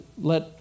let